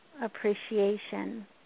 appreciation